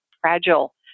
fragile